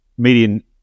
median